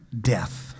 death